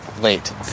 late